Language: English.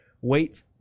Wait